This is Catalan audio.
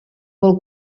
pel